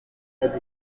dufite